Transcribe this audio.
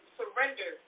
surrender